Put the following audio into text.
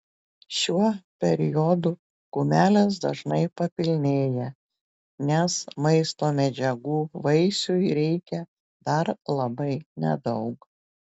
šiuo periodu kumelės dažnai papilnėja nes maisto medžiagų vaisiui reikia dar labai nedaug